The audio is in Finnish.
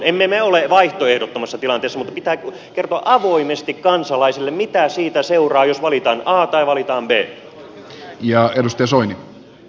emme me ole vaihtoehdottomassa tilanteessa mutta pitää kertoa avoimesti kansalaisille mitä siitä seuraa jos valitaan a tai valitaan b